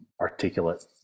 articulate